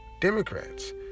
Democrats